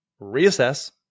reassess